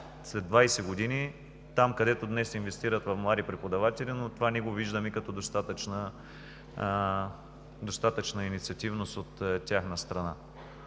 направления там, където днес инвестират в млади преподаватели, но това не го виждаме като достатъчна инициативност от тяхна страна.